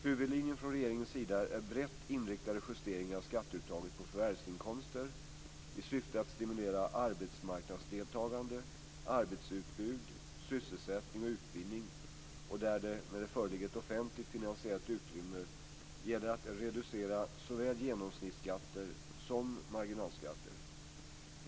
Huvudlinjen från regeringens sida är brett inriktade justeringar av skatteuttaget på förvärvsinkomster i syfte att stimulera arbetsmarknadsdeltagande, arbetsutbud, sysselsättning och utbildning och där det - när det föreligger ett offentlig-finansiellt utrymme - gäller att reducera såväl genomsnittsskatter som marginalskatter.